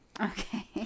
Okay